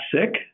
sick